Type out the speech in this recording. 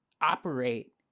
operate